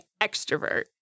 extrovert